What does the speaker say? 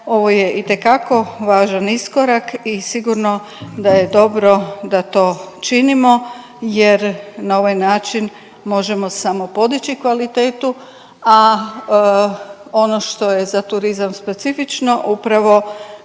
ovo je itekako važan iskorak i sigurno da je dobro da to činimo jer na ovaj način možemo samo podići kvalitetu, a ono što je za turizam specifično upravo,